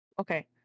Okay